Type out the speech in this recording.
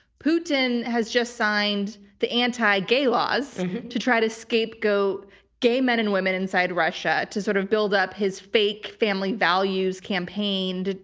putin has just signed the anti-gay laws to try to scapegoat gay men and women inside russia to sort of build up his fake family values campaign,